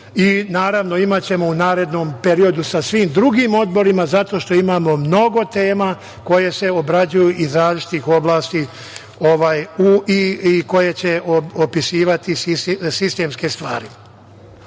i naravno imaćemo u narednom periodu sa svim drugim odborima zato što imamo mnogo tema koje se obrađuju iz različitih oblasti i koje će opisivati sistemske stvari. Sa